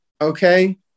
okay